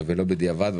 ולא בדיעבד,